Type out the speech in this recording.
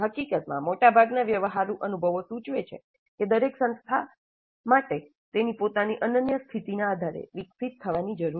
હકીકતમાં મોટાભાગના વ્યવહારુ અનુભવો સૂચવે છે કે દરેક સંસ્થા માટે તેની પોતાની અનન્ય સ્થિતિના આધારે વિકસિત થવાની જરૂર છે